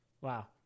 Wow